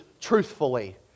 truthfully